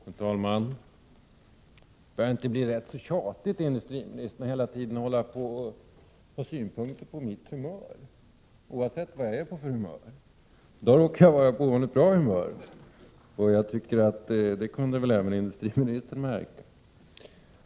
Herr talman! Börjar det inte bli rätt så tjatigt, industriministern, att hela tiden hålla på att ha synpunkter på mitt humör, oavsett vad jag är på för humör. I dag råkar jag vara på ovanligt bra humör. Det kunde väl även industriministern märka.